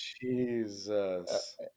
Jesus